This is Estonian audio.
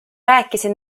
rääkisin